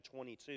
22